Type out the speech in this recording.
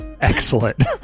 Excellent